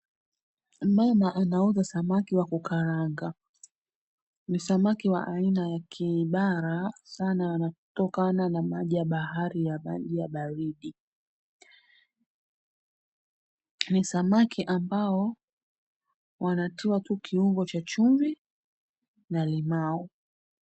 Mama anauza samaki wa kukaranga. Ni samaki wa aina ya kibara sana wanaotokana na maji ya bahari na maji ya baridi. Ni samaki ambao wanatiwa tu kiungo cha chumvi na limau.